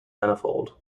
manifold